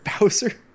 Bowser